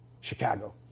Chicago